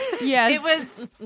Yes